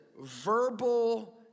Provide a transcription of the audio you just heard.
verbal